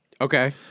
okay